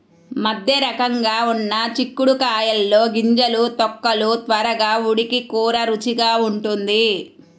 మధ్యరకంగా ఉన్న చిక్కుడు కాయల్లో గింజలు, తొక్కలు త్వరగా ఉడికి కూర రుచిగా ఉంటుంది